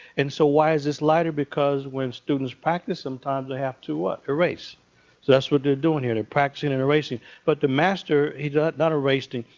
and so why is this lighter? because when students practice, sometimes, they have to erase. so that's what they're doing here. they're practicing and erasing. but the master is not erasing.